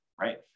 right